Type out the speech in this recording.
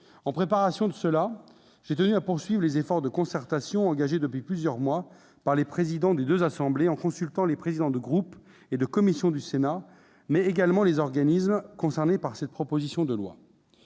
préparatoires, j'ai tenu à poursuivre les efforts de concertation engagés depuis plusieurs mois par les présidents des deux assemblées, en consultant les présidents de groupe et de commission du Sénat, mais également les organismes concernés. Mes chers collègues,